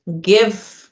give